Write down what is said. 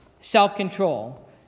self-control